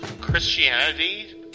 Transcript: Christianity